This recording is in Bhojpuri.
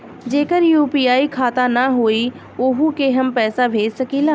जेकर यू.पी.आई खाता ना होई वोहू के हम पैसा भेज सकीला?